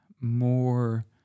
more